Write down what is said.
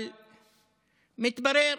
אבל מתברר,